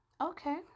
okay